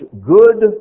good